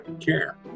care